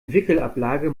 wickelablage